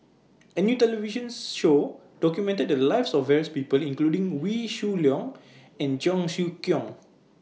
A New television Show documented The Lives of various People including Wee Shoo Leong and Cheong Siew Keong